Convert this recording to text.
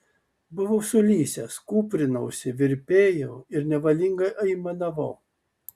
buvau sulysęs kūprinausi virpėjau ir nevalingai aimanavau